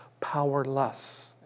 powerless